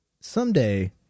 Someday